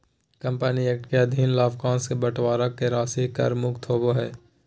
company act के अधीन लाभांश के बंटवारा के राशि कर मुक्त होबो हइ